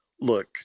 look